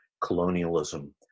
colonialism